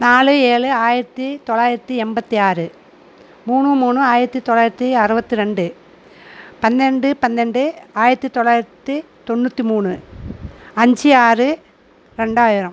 நாலு ஏழு ஆயிரத்தி தொள்ளாயிரத்தி எண்பத்தி ஆறு மூணு மூணு ஆயிரத்தி தொள்ளாயிரத்தி அறுபத்து ரெண்டு பன்னெண்டு பன்னெண்டு ஆயிரத்தி தொள்ளாயிரத்தி தொண்ணூற்று மூணு அஞ்சு ஆறு ரெண்டாயிரம்